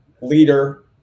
leader